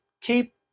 keep